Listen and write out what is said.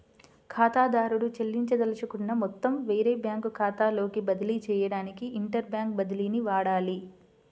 ఖాతాదారుడు చెల్లించదలుచుకున్న మొత్తం వేరే బ్యాంకు ఖాతాలోకి బదిలీ చేయడానికి ఇంటర్ బ్యాంక్ బదిలీని వాడాలి